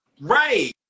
right